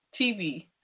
TV